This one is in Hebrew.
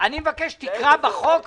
אני מבקש שתקרא בחוק ותסביר.